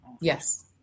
Yes